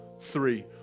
three